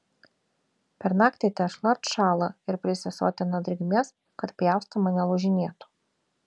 per naktį tešla atšąla ir prisisotina drėgmės kad pjaustoma nelūžinėtų